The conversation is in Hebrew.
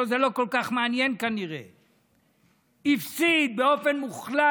אותו זה לא כל כך מעניין כנראה, הפסיד באופן מוחלט,